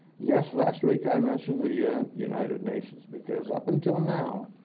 yes, last week i mentioned the yeah united nations because, up until now,